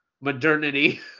modernity